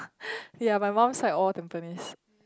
yea my mum likes all Tampines